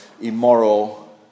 immoral